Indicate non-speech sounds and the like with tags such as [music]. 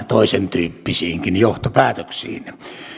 [unintelligible] toisentyyppisiinkin johtopäätöksiin